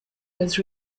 has